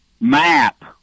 map